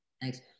Thanks